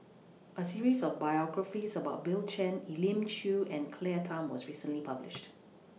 A series of biographies about Bill Chen Elim Chew and Claire Tham was recently published